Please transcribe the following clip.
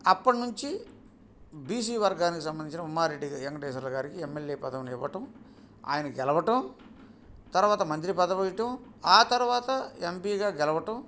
అప్పటి నుంచి B C వర్గానికి సంబంధించిన ఉమారెడ్డి వెంకటేశ్వర్లు గారికి ఎమ్ ఎల్ ఏ పదవుని ఇవ్వడం ఆయన గెలవడం తర్వాత మంత్రి పదవీ ఇవ్వడం ఆ తర్వాత ఎమ్ పీగా గెలవడం